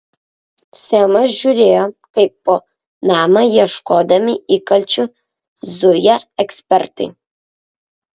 semas žiūrėjo kaip po namą ieškodami įkalčių zuja ekspertai